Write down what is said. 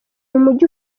umujyi